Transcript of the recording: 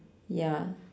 ya